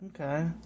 Okay